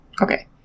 Okay